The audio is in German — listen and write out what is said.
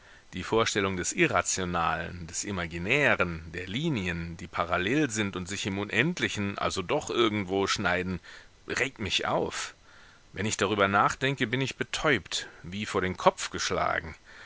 die vorstellung des irrationalen des imaginären der linien die parallel sind und sich im unendlichen also doch irgendwo schneiden regt mich auf wenn ich darüber nachdenke bin ich betäubt wie vor den kopf geschlagen